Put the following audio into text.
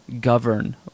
govern